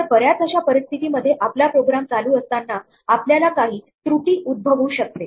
तर बऱ्याच अशा परिस्थितीमध्ये आपला प्रोग्राम चालू असताना आपल्याला काही त्रुटी उद्भवू शकते